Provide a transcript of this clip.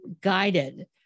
guided